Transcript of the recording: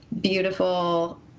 beautiful